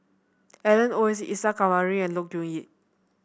Alan Oei Isa Kamari and Look Yan Kit